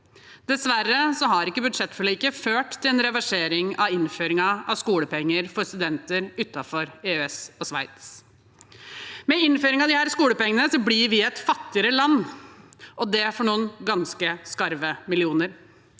Dessverre har ikke budsjettforliket ført til en reversering av innføringen av skolepenger for studenter utenfor EØS og Sveits. Med innføring av disse skolepengene blir vi et fattigere land – og det for noen ganske skarve millioner.